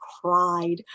cried